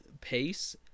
pace